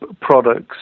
products